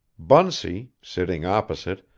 bunsey, sitting opposite,